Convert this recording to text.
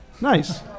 Nice